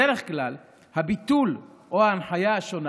בדרך כלל הביטול או ההנחיה השונה